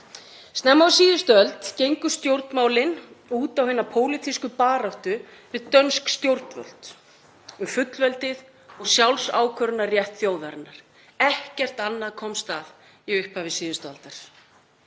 Snemma á síðustu öld gengu stjórnmálin út á hina pólitísku baráttu við dönsk stjórnvöld, um fullveldið og sjálfsákvörðunarrétt þjóðarinnar. Ekkert annað komst að í upphafi síðustu aldar.